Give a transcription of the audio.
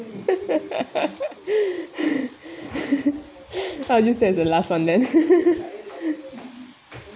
uh just that's the last one then